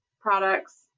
products